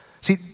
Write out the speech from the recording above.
See